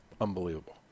Unbelievable